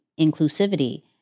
inclusivity